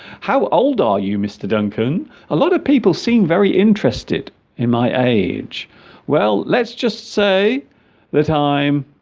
how old are you mr. duncan a lot of people seem very interested in my age well let's just say that i'm